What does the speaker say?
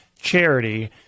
charity